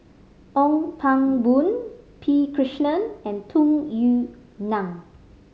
Ong Pang Boon P Krishnan and Tung Yue Nang